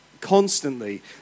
constantly